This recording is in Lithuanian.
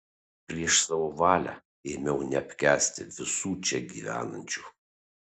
prieš savo valią ėmiau neapkęsti visų čia gyvenančių